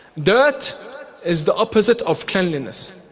dirt is the opposite of cleanliness,